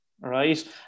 right